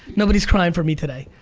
nobody's crying for me today.